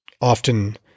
often